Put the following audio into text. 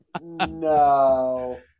No